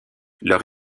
leur